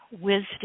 wisdom